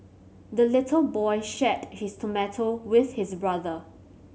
the little boy shared his tomato with his brother